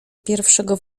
pierwszego